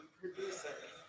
producers